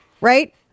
right